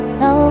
no